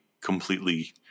completely